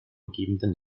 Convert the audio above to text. umgebenden